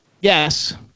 Yes